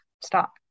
stop